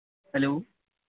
hello